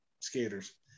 skaters